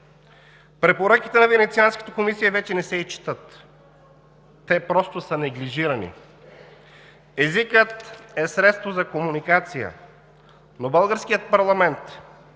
Препоръките на Венецианската комисия вече не се и четат. Те просто са неглижирани. Езикът е средство за комуникация, но българският парламент,